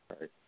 Right